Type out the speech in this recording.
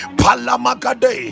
palamagade